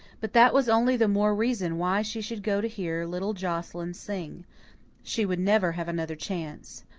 but that was only the more reason why she should go to hear little joscelyn sing she would never have another chance.